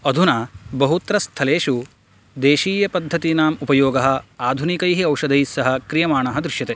अधुना बहुत्र स्थलेषु देशीयपद्धतीनाम् उपयोगः आधुनिकैः औषधैः सह क्रियमाणः दृश्यते